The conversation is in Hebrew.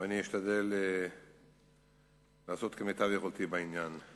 ואני אשתדל לעשות כמיטב יכולתי בעניין,